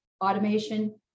automation